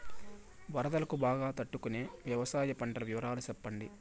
వరదలకు బాగా తట్టు కొనే వ్యవసాయ పంటల వివరాలు చెప్పండి?